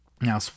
Now